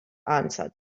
answered